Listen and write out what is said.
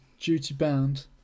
duty-bound